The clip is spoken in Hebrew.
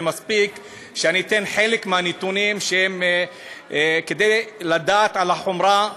ומספיק שאני אתן חלק מהנתונים כדי לדעת על החומרה: